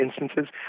instances